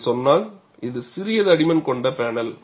நீங்கள் சொன்னால் இது சிறிய தடிமன் கொண்ட பேனல்